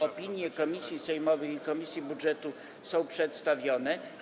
Opinie komisji sejmowych i komisji budżetu są przedstawione.